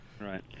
Right